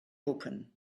open